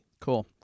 Cool